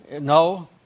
no